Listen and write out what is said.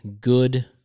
good